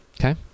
Okay